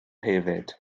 hefyd